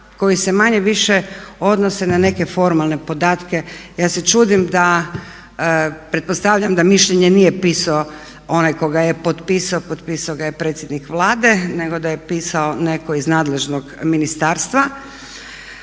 koji se manje-više odnose na neke formalne podatke. Ja se čudim da pretpostavljam da mišljenje nije pisao onaj ko ga je potpisao, potpisao ga je predsjednik Vlade, nego da ga je pisao netko iz nadležnog ministarstva.